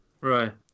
right